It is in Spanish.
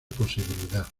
posibilidad